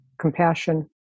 compassion